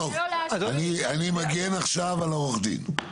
טוב, אני מגן עכשיו על עורכת הדין.